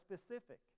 specific